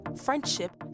friendship